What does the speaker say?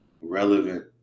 relevant